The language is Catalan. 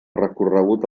recorregut